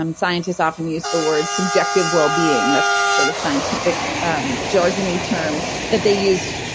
um scientists often use the word subjective well-being, that's the sort of scientific um jargony term that they use,